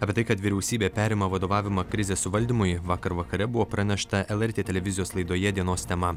apie tai kad vyriausybė perima vadovavimą krizės suvaldymui vakar vakare buvo pranešta lrt televizijos laidoje dienos tema